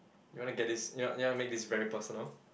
you want to get this you want you want to make this very personal